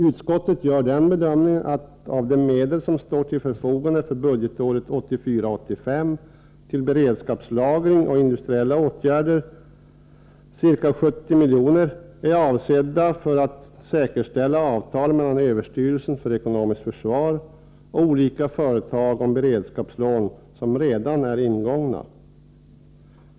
Utskottet gör den bedömningen att av de medel som står till förfogande för budgetåret 1984/85 till Beredskapslagring och industriella åtgärder är ca 70 milj.kr. avsedda att säkerställa avtal mellan överstyrelsen för ekonomiskt försvar och olika företag om beredskapslån som redan är ingångna.